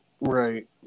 right